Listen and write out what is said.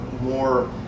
more